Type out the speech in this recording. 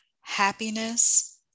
happiness